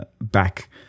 back